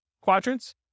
quadrants